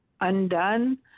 undone